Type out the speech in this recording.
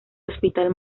hospital